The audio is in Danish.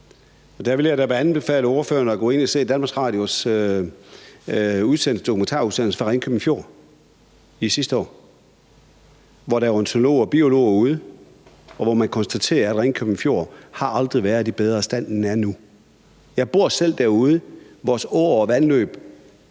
Der vil jeg da anbefale ordføreren at gå ind og se Danmarks Radios dokumentarudsendelse fra Ringkøbing Fjord fra sidste år, hvor der var ornitologer og biologer ude, og hvor man konstaterer, at Ringkøbing Fjord aldrig har været i bedre stand, end den er nu. Jeg bor selv derude. Vores åer og vandløb